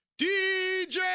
DJ